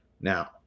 Now